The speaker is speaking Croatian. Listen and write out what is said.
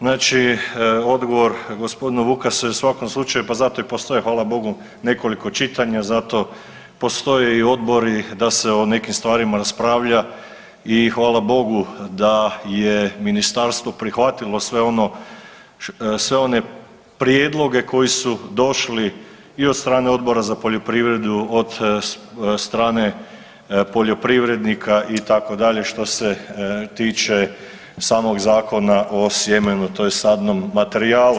Znači odgovor gospodinu Vukasu je u svakom slučaju pa zato i postoje hvala Bogu nekoliko čitanja, zato postoje i odbori da se o nekim stvarima raspravlja i hvala Bogu da je ministarstvo prihvatilo sve ono, sve one prijedloge koji su došli i od strane Odbora za poljoprivredu, od strane poljoprivrednika itd. što se tiče samog Zakona o sjemenu tj. sadnom materijalu.